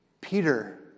Peter